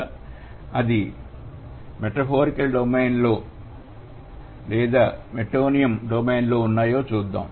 మరియు అది metaphorical domain లో లేదా మెటోనిమ్ డొమైన్ లో ఉన్నాయా చూద్దాం